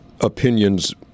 opinions